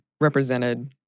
represented